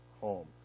home